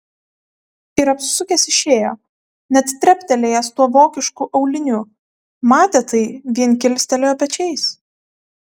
ir apsisukęs išėjo net treptelėjęs tuo vokišku auliniu matę tai vien kilstelėjo pečiais